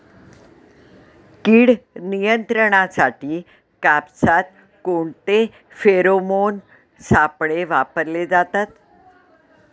कीड नियंत्रणासाठी कापसात कोणते फेरोमोन सापळे वापरले जातात?